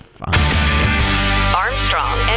Armstrong